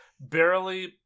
Barely